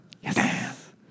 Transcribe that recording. Yes